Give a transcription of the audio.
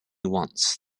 once